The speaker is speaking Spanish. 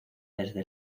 desde